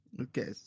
Okay